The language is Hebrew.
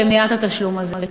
למניעת התשלום הזה?